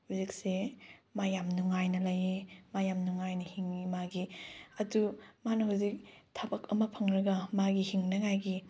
ꯍꯧꯖꯤꯛꯁꯦ ꯃꯥ ꯌꯥꯝ ꯅꯨꯡꯉꯥꯏꯅ ꯂꯩꯌꯦ ꯃꯥ ꯌꯥꯝ ꯅꯨꯡꯉꯥꯏꯅ ꯍꯤꯡꯉꯤ ꯃꯥꯒꯤ ꯑꯗꯨ ꯃꯥꯅ ꯍꯧꯖꯤꯛ ꯊꯕꯛ ꯑꯃ ꯐꯪꯂꯒ ꯃꯥꯒꯤ ꯍꯤꯡꯅꯉꯥꯏꯒꯤ